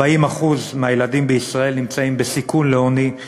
40% מהילדים בישראל נמצאים בסיכון לעוני,